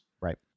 Right